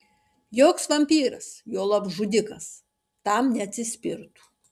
joks vampyras juolab žudikas tam neatsispirtų